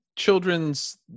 children's